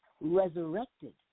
resurrected